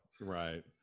right